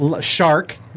Shark